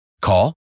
Call